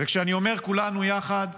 וכשאני אומר "כולנו יחד"